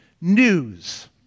news